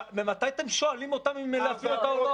ממתי אתם שואלים אותם אם להפעיל אותה או לא?